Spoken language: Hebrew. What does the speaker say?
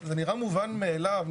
זה נראה מובן מאליו,